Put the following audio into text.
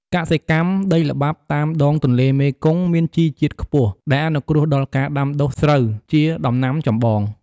កសិកម្ម ដីល្បាប់តាមដងទន្លេមេគង្គមានជីជាតិខ្ពស់ ដែលអនុគ្រោះដល់ការដាំដុះ ស្រូវ ជាដំណាំចម្បង។